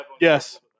Yes